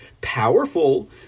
powerful